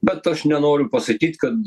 bet aš nenoriu pasakyt kad